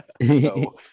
no